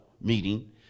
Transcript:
meeting